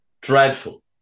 dreadful